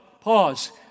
pause